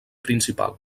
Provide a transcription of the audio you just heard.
principal